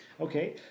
Okay